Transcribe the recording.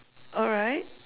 alright